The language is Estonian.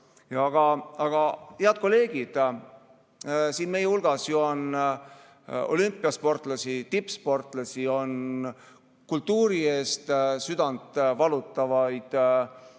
Aga, head kolleegid, siin meie hulgas on ju olümpiasportlasi, tippsportlasi, on kultuuri pärast südant valutavaid